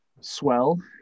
swell